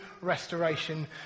restoration